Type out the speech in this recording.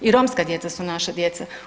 I romska djeca su naša djeca.